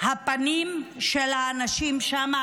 הפנים של האנשים שם?